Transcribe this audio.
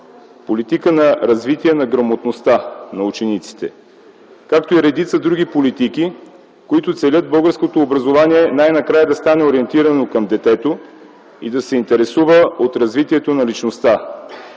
политика на развитие на грамотността на учениците, както и редица други политики, които целят българското образование най-накрая да стане ориентирано към детето и да се интересува от развитието на личността.